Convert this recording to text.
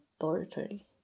laboratory